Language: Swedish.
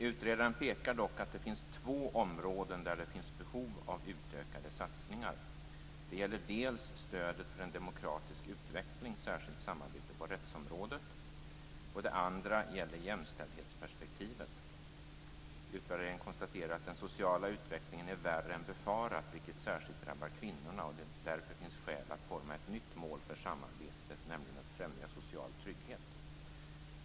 Utredaren pekar dock på två områden där det finns behov av utökade satsningar. Det ena gäller stödet för en demokratisk utveckling, särskilt samarbetet på rättsområdet. Det andra gäller jämställdhetsperspektivet. Utredaren konstaterar att den sociala utvecklingen är värre än befarat, vilket särskilt drabbar kvinnorna, och att det därför finns skäl att forma ett nytt mål för samarbetet, nämligen att främja social trygghet.